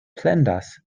plendas